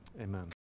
Amen